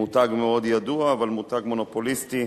מותג מאוד ידוע, אבל מותג מונופוליסטי.